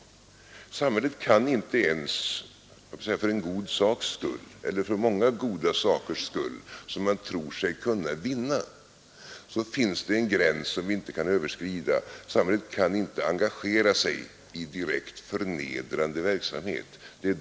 T.o.m. om man tror sig kunna vinna många goda saker finns det en gräns som samhället inte kan överskrida. Samhället kan inte engagera sig i direkt förnedrande verksamhet.